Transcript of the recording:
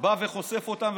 בא וחושף אותן.